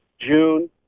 June